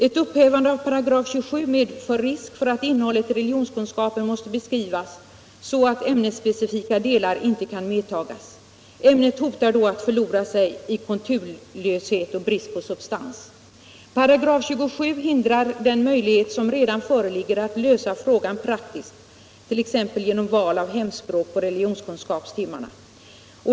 Ett upphävande av 27 § medför risk att innehållet i religionskunskapen måste beskrivas så att ämnesspecifika delar inte kan medtagas. Ämnet riskerar då att förlora sig i konturlöshet och brist på substans. 27 § hindrar inte den möjlighet som redan föreligger att lösa frågan praktiskt, t.ex. genom val av hemspråk på religionskunskapstimmarna.